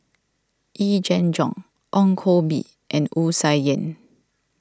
Yee Jenn Jong Ong Koh Bee and Wu Tsai Yen